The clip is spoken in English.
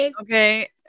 okay